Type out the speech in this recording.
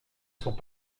sont